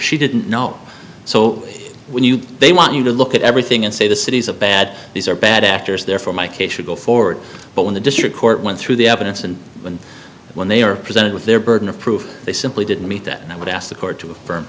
she didn't know so when you they want you to look at everything and say the city's a bad these are bad actors therefore my case should go forward but when the district court went through the evidence and when they were presented with their burden of proof they simply didn't meet that and i would ask the court to affirm